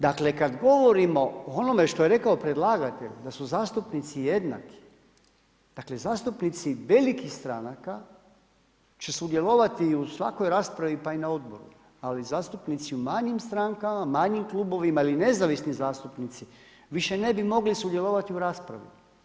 Dakle kada govorimo o onome što je rekao predlagatelj da su zastupnici jednaki, dakle zastupnici velikih stranaka će sudjelovati u svakoj raspravi, pa i na odboru, ali zastupnici u manjim strankama, manjim klubovima ili nezavisni zastupnici više ne bi mogli sudjelovati u raspravi.